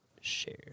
Share